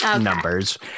numbers